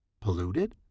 Polluted